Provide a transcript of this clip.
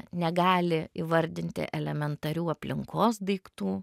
negali įvardinti elementarių aplinkos daiktų